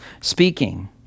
speaking